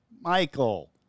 Michael